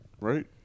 right